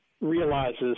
realizes